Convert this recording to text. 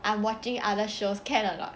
I'm watching other shows can or not